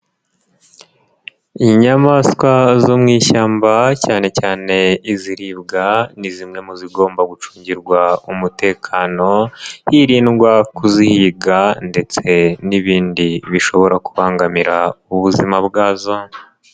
Inyamaswa zo mu ishyamba cyane cyane iziribwa, ni zimwe mu zigomba gucungirwa umutekano hirindwa kuzihiga ndetse n'ibindi bishobora kubangamira ubuzima bwazo.